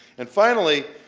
and finally,